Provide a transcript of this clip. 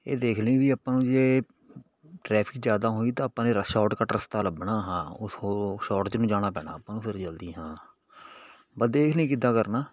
ਇਹ ਦੇਖ ਲਈ ਵੀ ਆਪਾਂ ਨੂੰ ਜੇ ਟਰੈਫਿਕ ਜ਼ਿਆਦਾ ਹੋਈ ਤਾਂ ਆਪਾਂ ਨੇ ਰਾ ਸ਼ੋਟ ਕਟ ਰਸਤਾ ਲੱਭਣਾ ਹਾਂ ਓ ਹੋ ਸ਼ਾਰਟ 'ਚ ਨੂੰ ਜਾਣਾ ਪੈਣਾ ਆਪਾਂ ਨੂੰ ਫਿਰ ਜਲਦੀ ਹਾਂ ਵਾ ਦੇਖ ਲਈ ਕਿੱਦਾਂ ਕਰਨਾ